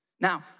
Now